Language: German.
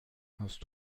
hast